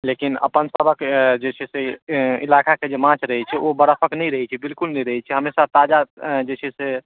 लेकिन अपनसभके जे छै से इलाकाके जे माछ रहै छै ओ बर्फक नहि रहै छै बिलकुल नहि रहै छै हमेशा ताजा जे छै से